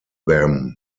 them